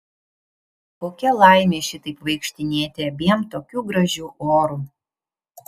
kokia laimė šitaip vaikštinėti abiem tokiu gražiu oru